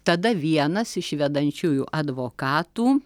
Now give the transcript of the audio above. tada vienas iš vedančiųjų advokatų